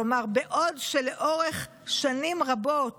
כלומר, בעוד שלאורך שנים רבות